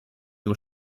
nur